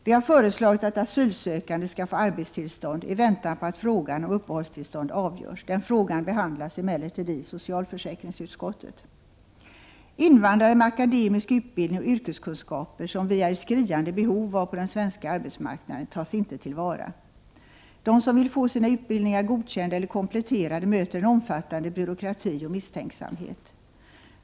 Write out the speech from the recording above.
Vi har föreslagit att asylsökande skall få arbetstillstånd i väntan på att frågan om uppehållstillstånd avgörs. Den frågan behandlas emellertid i socialförsäkringsutskottet. Invandrare med akademisk utbildning och yrkeskunskaper som vi är i skriande behov av på den svenska arbetsmarknaden tas inte till vara. De som vill få sina utbildningar godkända eller kompletterade möter en omfattande byråkrati och misstänksamhet.